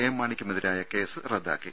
M മാണിക്കുമെതിരായ case റദ്ദാക്കി